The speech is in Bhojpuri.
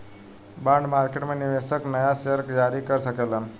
बॉन्ड मार्केट में निवेशक नाया शेयर जारी कर सकेलन